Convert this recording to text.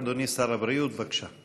אדוני שר הבריאות, בבקשה.